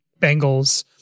Bengals